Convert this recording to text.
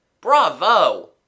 Bravo